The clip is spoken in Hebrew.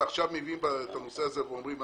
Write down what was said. ועכשיו מביאים את הנושא הזה ואומרים: